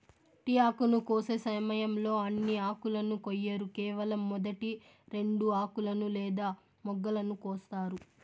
tea ఆకును కోసే సమయంలో అన్ని ఆకులను కొయ్యరు కేవలం మొదటి రెండు ఆకులను లేదా మొగ్గలను కోస్తారు